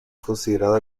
considerada